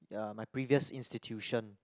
ya my previous institution